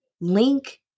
link